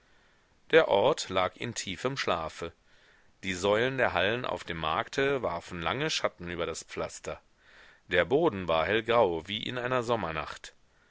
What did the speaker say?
der ort lag in tiefem schlafe die säulen der hallen auf dem markte warfen lange schatten über das pflaster der boden war hellgrau wie in einer sommernacht